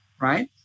right